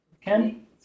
Ken